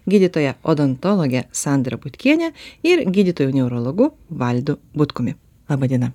gydytoja odontologe sandra butkiene ir gydytoju neurologu valdu butkumi laba diena